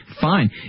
fine